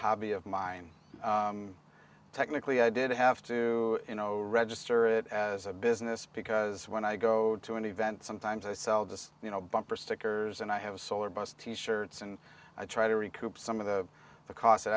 hobby of mine technically i did have to you know register it as a business because when i go to an event sometimes i sell just you know bumper stickers and i have solar bus t shirts and i try to recoup some of the the cost it